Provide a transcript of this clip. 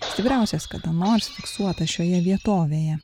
stipriausias kada nors fiksuotas šioje vietovėje